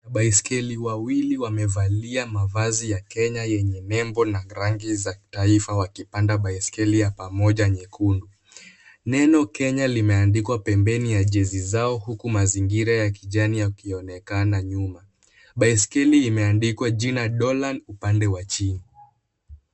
Baiskeli wawili wamevalia mavazi ya Kenya yenye nembo na rangi za kitaifa wakipanda baiskeli ya pamoja nyekundu. Neno Kenya limeandikwa pembeni ya jezi zao huku mazingira ya kijani yakionekana nyuma. Baiskeli imeandikwa jina dolan upande wa chini.